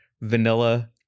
vanilla